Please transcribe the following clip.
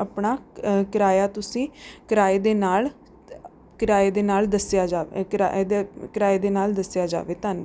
ਆਪਣਾ ਕਿਰਾਇਆ ਤੁਸੀਂ ਕਿਰਾਏ ਦੇ ਨਾਲ ਕਿਰਾਏ ਦੇ ਨਾਲ ਦੱਸਿਆ ਜਾਵੇ ਕਿਰਾਏ ਦੇ ਕਿਰਾਏ ਦੇ ਨਾਲ ਦੱਸਿਆ ਜਾਵੇ ਧੰਨਵਾਦ